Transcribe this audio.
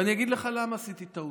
ואני אגיד לך למה עשיתי טעות.